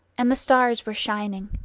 and the stars were shining.